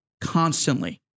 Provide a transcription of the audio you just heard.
constantly